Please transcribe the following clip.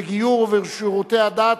בגיור ובשירותי הדת,